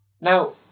Now